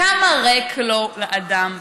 כמה ריק לו לאדם בפנים.